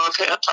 okay